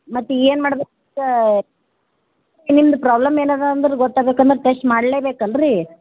ಮತ್ತೆ ಏನು ಮಾಡ್ಬೇಕು ನಿಮ್ದು ಪ್ರಾಬ್ಲಮ್ ಏನದ ಅಂದ್ರೆ ಗೊತ್ತಾಗ್ಬೇಕು ಅಂದ್ರೆ ಟೆಸ್ಟ್ ಮಾಡ್ಲೇಬೇಕಲ್ಲ ರೀ